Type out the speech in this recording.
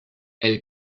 elle